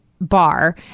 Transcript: bar